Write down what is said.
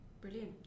Brilliant